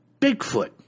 Bigfoot